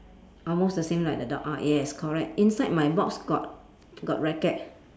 almost the same like the dog ah yes correct inside my box got got racket